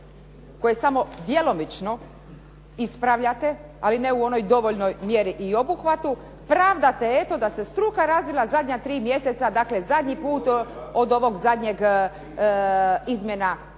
koje samo djelomično ispravljate, ali ne u onoj dovoljnoj mjeri i obuhvatu, pravdate eto da se struka razvila zadnja 3 mjeseca, dakle zadnji put od ovog zadnjeg izmjena